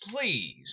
please